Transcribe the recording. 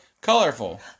Colorful